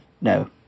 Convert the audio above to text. No